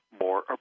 more